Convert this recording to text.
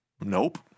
Nope